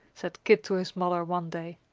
said kit to his mother one day.